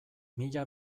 mila